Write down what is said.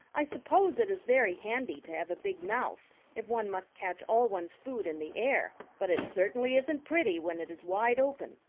i suppose it is very handy to have a big mouth if one must catch all one's food in the air, but it certainly isn't pretty when it is wide open.